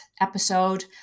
episode